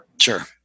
Sure